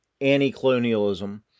anti-colonialism